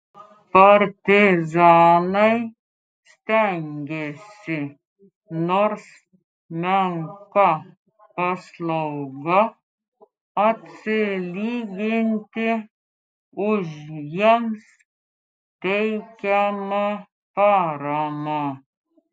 partizanai stengėsi nors menka paslauga atsilyginti už jiems teikiamą paramą